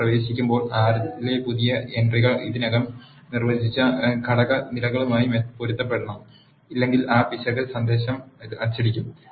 നിങ്ങൾ പ്രവേശിക്കുമ്പോൾ R ലെ പുതിയ എൻ ട്രികൾ ഇതിനകം നിർ വ്വചിച്ച ഘടക നിലകളുമായി പൊരുത്തപ്പെടണം ഇല്ലെങ്കിൽ ആ പിശക് സന്ദേശം അച്ചടിക്കും